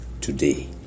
today